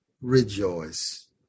rejoice